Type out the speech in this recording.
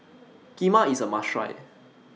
Kheema IS A must Try